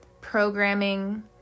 programming